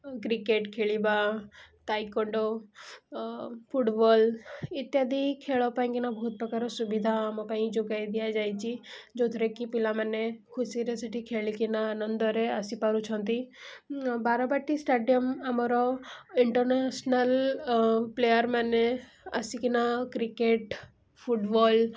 cricket ଖେଳିବା taekwondo football ଇତ୍ୟାଦି ଖେଳ ପାଇଁକିନା ବହୁତପ୍ରକାର ସୁବିଧା ଆମ ପାଇଁ ଯୋଗାଇ ଦିଆଯାଇଛି ଯେଉଁଥିରେକି ପିଲାମାନେ ଖୁସିରେ ସେଇଠି ଖେଳିକିନା ଆନନ୍ଦରେ ଆସି ପାରୁଛନ୍ତି ବାରବାଟୀ ଷ୍ଟାଡ଼ିଅମ୍ ଆମର ଇଣ୍ଟର୍ନ୍ୟାସ୍ନାଲ୍ ପ୍ଲେୟାର୍ମାନେ ଆସିକିନା କ୍ରିକେଟ୍ ଫୁଟ୍ବଲ୍